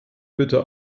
bitte